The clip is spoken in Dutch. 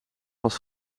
pas